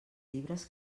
llibres